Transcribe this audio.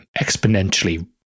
exponentially